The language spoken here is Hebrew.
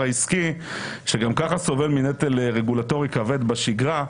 העסקי שגם כך סובל מנטל רגולטורי כבד בשגרה,